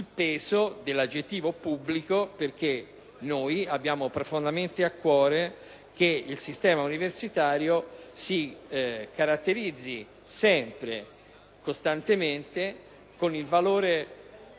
il peso dell'aggettivo "pubblico" perché noi abbiamo profondamente a cuore che il sistema universitario si caratterizzi sempre e costantemente per il valore